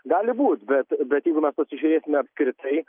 gali būt bet bet jeigu mes pasižiūrėsime apskritai